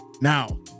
now